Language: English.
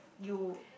you